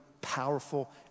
powerful